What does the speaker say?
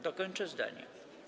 Dokończę zdanie.